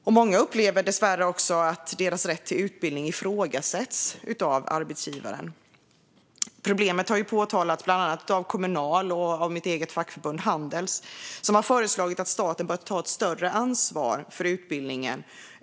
Dessvärre upplever många också att deras rätt till utbildning ifrågasätts av arbetsgivaren. Problemet har påtalats av bland andra Kommunal och mitt eget fackförbund Handels, som har föreslagit att staten bör ta ett större ansvar för utbildningen.